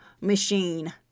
machine